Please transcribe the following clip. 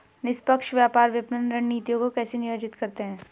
निष्पक्ष व्यापार विपणन रणनीतियों को कैसे नियोजित करते हैं?